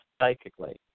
psychically